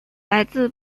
来自